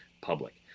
public